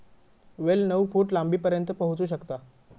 वेल नऊ फूट लांबीपर्यंत पोहोचू शकता